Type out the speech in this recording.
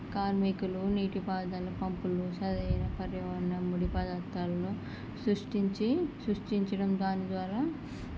కార్మికులు నీటిపారుదల పంపులు సరైన పర్యావరణములు ముడి పదార్థాలు సృష్టించి సృష్టించడం దాని ద్వారా